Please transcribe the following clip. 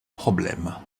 problèmes